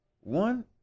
One